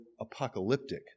apocalyptic